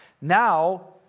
Now